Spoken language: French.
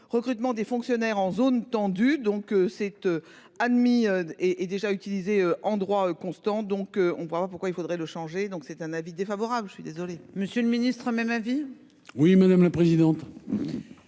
recrutement des fonctionnaires en zone tendue donc cette. Admis et est déjà utilisé en droit constant, donc on prend pas pourquoi il faudrait le changer. Donc c'est un avis défavorable. Je suis désolé. Monsieur le Ministre même avis oui madame la présidente.